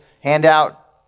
handout